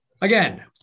again